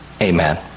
Amen